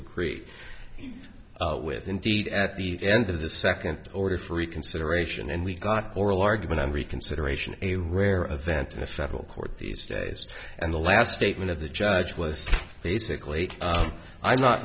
agree with indeed at the end of the second order for reconsideration and we got oral argument and reconsideration a rare event in the federal court these days and the last statement of the judge was basically i'm not